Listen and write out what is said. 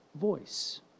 voice